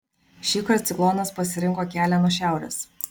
šįkart ciklonas pasirinko kelią nuo šiaurės